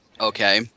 Okay